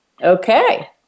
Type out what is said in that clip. Okay